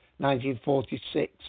1946